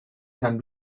can